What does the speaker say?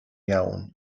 iawn